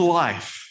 life